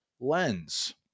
lens